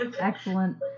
excellent